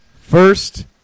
First